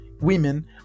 women